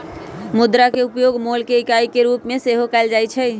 मुद्रा के उपयोग मोल के इकाई के रूप में सेहो कएल जाइ छै